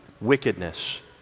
wickedness